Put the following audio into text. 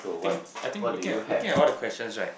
think I think looking at looking at all the questions right